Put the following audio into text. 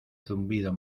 zumbido